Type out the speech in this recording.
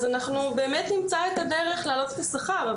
אז אנחנו באמת נמצא את הדרך להעלות את השכר.